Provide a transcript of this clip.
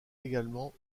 également